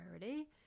priority